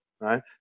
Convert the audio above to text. right